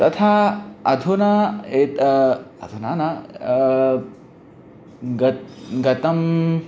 तथा अधुना एता अधुना न गत् गतम्